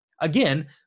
Again